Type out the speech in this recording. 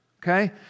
Okay